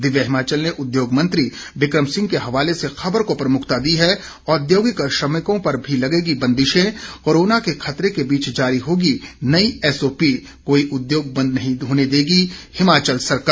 दिव्य हिमाचल ने उद्योग मंत्री बिक्रम सिंह के हवाले से ख़बर को प्रमुखता दी है औद्योगिक श्रमिकों पर भी लगेगी बंदिशें कोरोना के खतरे के बीच जारी होगी नई एसओपी कोई उद्योग बंद नहीं होने देगी हिमाचल सरकार